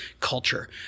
culture